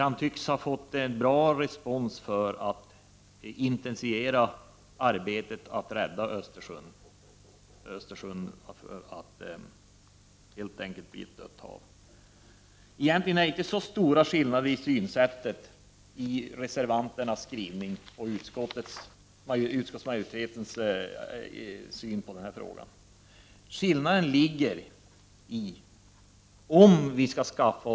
Han tycks ha fått en bra respons när det gäller att intensifiera arbetet med att rädda Östersjön från att bli ett dött hav. Det är egentligen inte så stora skillnader mellan reservanternas skrivning och utskottsmajoritetens syn i denna fråga. Skillnaden ligger i om vi skall — Prot.